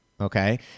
okay